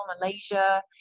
Malaysia